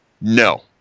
No